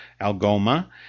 Algoma